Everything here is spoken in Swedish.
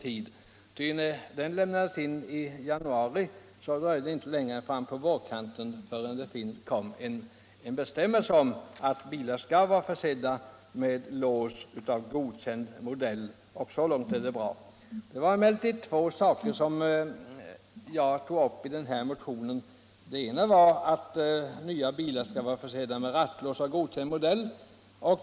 Motionen lämnades in i januari, och det dröjde inte längre än till fram på vårkanten förrän det kom en bestämmelse om att bilar skall vara försedda med lås av godkänd modell. Så långt är allting bra. Min motion innehåller emellertid två förslag. Det ena är att nya bilar skall vara försedda med rattlås av godkänd modell.